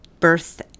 Birth